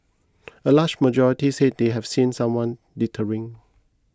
a large majority said they have seen someone littering